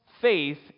faith